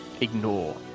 ignore